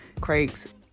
Craig's